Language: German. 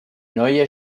neue